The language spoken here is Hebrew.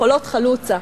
חולות חלוצה.